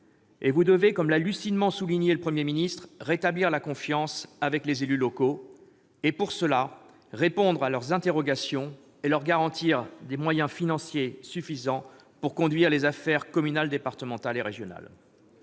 est tendue. Comme l'a lucidement souligné le Premier ministre, vous devez rétablir la confiance avec les élus locaux et, pour cela, répondre à leurs interrogations et leur garantir des moyens financiers suffisants pour conduire les affaires communales, départementales et régionales.